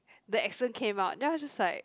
the accent came out then I was just like